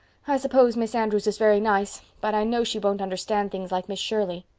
i suppose miss andrews is very nice. but i know she won't understand things like miss shirley.